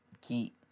Key